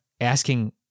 asking